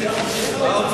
מס'